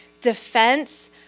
defense